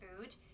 food